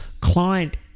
client